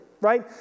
right